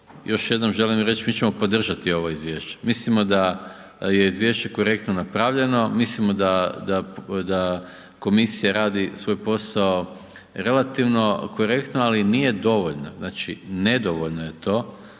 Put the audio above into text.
još jednom želim reći, mi ćemo podržati ovo izvješće, mislimo da je izvješće korektno napravljeno, mislimo da komisija radi svoj posao relativno korektno ali nije dovoljno. Znači nedovoljno je to